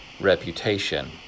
reputation